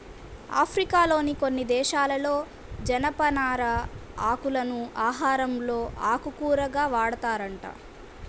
ఆఫ్రికాలోని కొన్ని దేశాలలో జనపనార ఆకులను ఆహారంలో ఆకుకూరగా వాడతారంట